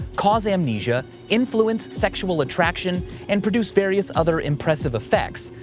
cause amnesia, influence sexual attraction and produce various other impressive effects.